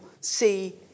see